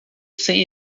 sem